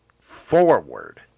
forward